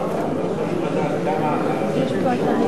אנחנו צריכים לדעת כמה עררים הוגשו כערר